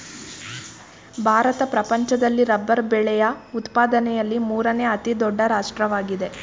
ಭಾರತ ಪ್ರಪಂಚದಲ್ಲಿ ರಬ್ಬರ್ ಬೆಳೆಯ ಉತ್ಪಾದನೆಯಲ್ಲಿ ಮೂರನೇ ಅತಿ ದೊಡ್ಡ ರಾಷ್ಟ್ರವಾಗಿದೆ